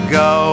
go